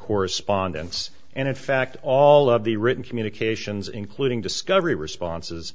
correspondence and in fact all of the written communications including discovery responses